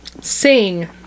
sing